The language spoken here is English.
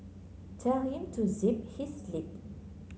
tell him to zip his lip